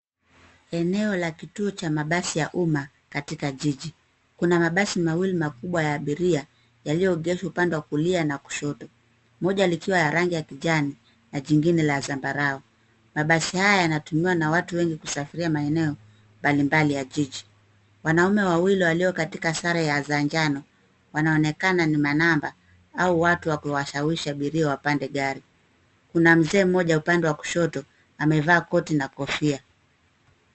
Eneo la kituo cha mabasi ya uma, katika jiji. Kuna mabasi mawili makubwa ya abiria yaliyoegeshwa upande wa kulia na kushoto, moja likiwa ya rangi ya kijani na jingine la zambarau. Mabasi haya yanatumiwa na watu wengi kusafiria maeneo mbali mbali ya jiji. Wanaume wawili walio katika sare za njano, wanaonekana ni manamba au watu wa kuwashawishi abiria wapande gari. Kuna mzee mmoja upande wa kushoto, amevaa koti na kofia.